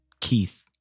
Keith